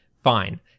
Fine